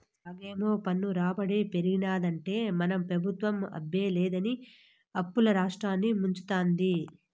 కాగేమో పన్ను రాబడి పెరిగినాదంటే మన పెబుత్వం అబ్బే లేదని అప్పుల్ల రాష్ట్రాన్ని ముంచతాంది